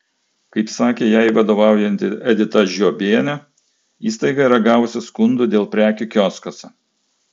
kaip sakė jai vadovaujanti edita žiobienė įstaiga yra gavusi skundų dėl prekių kioskuose